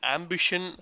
Ambition